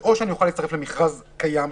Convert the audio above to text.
או שאני אוכל להצטרף למכרז קיים,